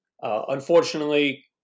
Unfortunately